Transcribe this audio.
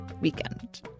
weekend